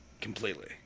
completely